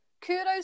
Kudos